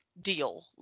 deal